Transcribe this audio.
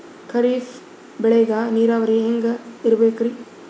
ಖರೀಫ್ ಬೇಳಿಗ ನೀರಾವರಿ ಹ್ಯಾಂಗ್ ಇರ್ಬೇಕರಿ?